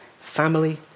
family